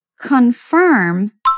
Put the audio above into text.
confirm